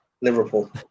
Liverpool